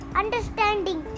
understanding